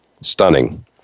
stunning